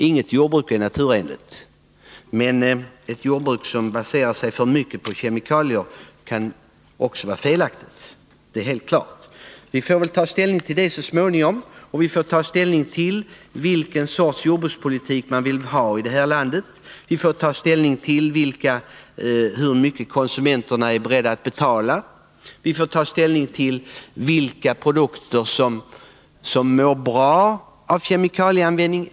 Inget jordbruk är naturenligt, men ett jordbruk som för mycket baseras på kemikalier kan också vara felaktigt — det är helt klart. Vi får ta ställning till detta så småningom, liksom vi får ta ställning till vilken sorts jordbrukspolitik vi vill ha i detta land, hur mycket konsumenterna är beredda att betala och vilka produkter som mår bra resp. inte mår bra av kemikalieanvändning.